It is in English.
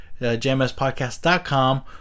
jmspodcast.com